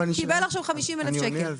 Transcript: הוא קיבל עכשיו 50,000 שקל קנס.